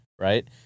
right